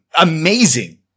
amazing